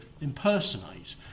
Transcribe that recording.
impersonate